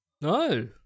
No